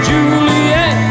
Juliet